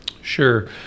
sure